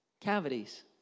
cavities